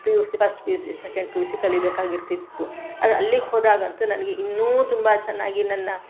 P U C first P U C second P U C ಕಲಿಬೇಕಾಗಿರ್ತಿತ್ತು ಅದು ಅಲ್ಲಿಗೆ ಹೋದಾಗಂತೂ ನನಗೆ ಇನ್ನೂ ತುಂಬ ಚೆನ್ನಾಗಿ ನನ್ನ